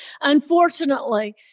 Unfortunately